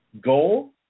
goal